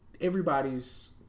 everybody's